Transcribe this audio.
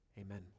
Amen